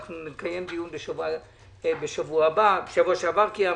בשבוע שעבר קיימנו,